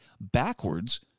backwards